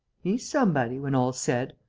he's somebody, when all's said.